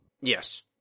Yes